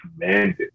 commanded